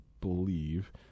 believe